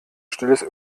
stilles